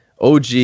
OG